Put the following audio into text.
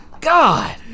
God